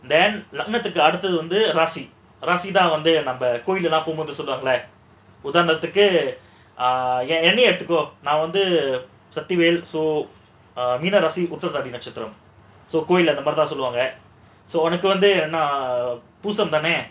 then லக்னத்துக்கு அடுத்து வந்து ராசி:lakinathukku aduthu vandhu rasi so ராசி தான் வந்து நாம கோவிலுக்கெல்லாம் போகும்போது சொல்வாங்கல உதாரணத்துக்கு என்னையே எடுத்துக்கோ நான் வந்து சக்திவேல் மீனம் ராசி உதிரட்டாதி நட்சத்திரம் கோவில்ல அப்டித்தான் சொல்வாங்க:rasithaan vandhu namma kovilukellaam pogumpothu solvaangala uthaaranathukku eduthukko naan vandhu sakthivel meenam rasi uthirataathi natchathiram kovilla apdithaan solvaanga so உனக்கு வந்து பூசம் தானே:uankku vandhu poosam thanae